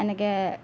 এনেকৈ